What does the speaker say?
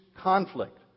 conflict